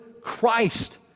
Christ